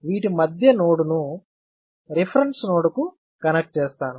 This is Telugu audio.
వీటి మధ్య నోడ్ ను రిఫరెన్స్ నోడ్కు కనెక్ట్ చేస్తాను